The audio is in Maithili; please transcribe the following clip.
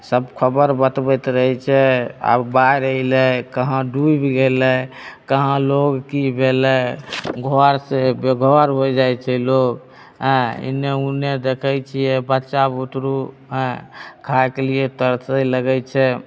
सब खबर बतबैत रहैत छै आब बाढ़ि अइलै कहाँ डूबि गेलै कहाँ लोग की भेलै घर से बेघर होइ जाइत छै लोग आयँ इन्ने ओन्ने देखैत छियै बच्चा बूतरू आयँ खाएके लिए तरसै लगैत छै